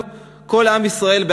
כל העם בישראל,